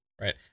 right